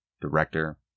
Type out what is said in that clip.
director